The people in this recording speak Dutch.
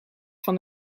van